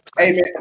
amen